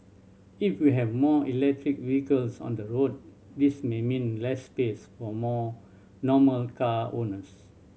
if we have more electric vehicles on the road this may mean less space for more normal car owners